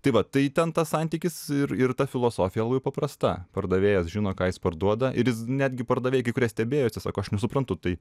tai vat tai ten tas santykis ir ir ta filosofija labai paprasta pardavėjas žino ką jis parduoda ir jis netgi pardavėjai kai kurie stebėjosi sako aš nesuprantu tai